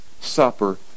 Supper